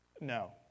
No